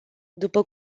după